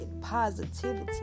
positivity